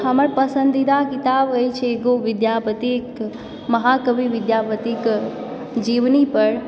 हमर पसन्दीदा किताब अछि एगो विद्यापतिकऽ महाकवि विद्यापतिकऽ जीवनी पर